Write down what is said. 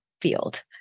field